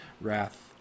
wrath